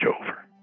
over